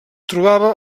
trobava